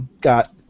got